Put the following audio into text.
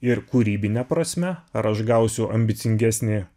ir kūrybine prasme ar aš gausiu ambicingesnį